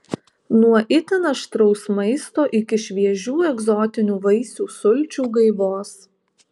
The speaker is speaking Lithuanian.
nuo itin aštraus maisto iki šviežių egzotinių vaisių sulčių gaivos